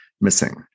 missing